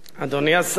אדוני השר,